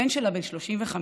הבן שלה בן 35,